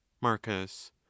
marcus